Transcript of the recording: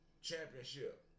championship